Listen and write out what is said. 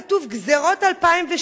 שם היה כתוב: "גזירות 2012,